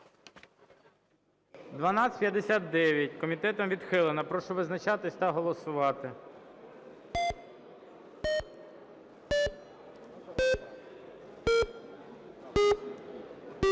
1188. Комітетом відхилена. Прошу визначатись та голосувати.